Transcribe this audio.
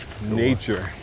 Nature